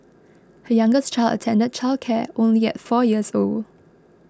her youngest child attended childcare only at four years old